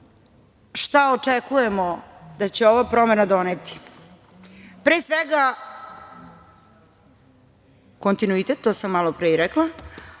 očekujemo da će ova promena doneti? Pre svega, kontinuitet, to sam malopre i rekla,